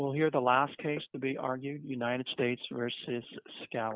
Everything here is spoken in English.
well here the last case to be argued united states versus sc